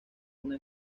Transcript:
una